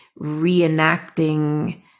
reenacting